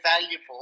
valuable